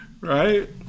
Right